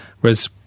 Whereas